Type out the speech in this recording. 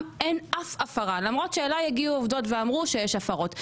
שאין אף הפרה למרות שאלי הגיעו עובדות ואמרו שיש הפרות.